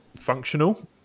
functional